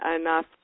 enough